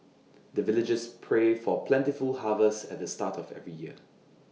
the villagers pray for plentiful harvest at the start of every year